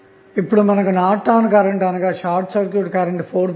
ఇప్పుడు మనకు Norton current అనగా షార్ట్ సర్క్యూట్ కరెంట్ 4